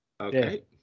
Okay